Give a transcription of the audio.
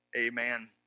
amen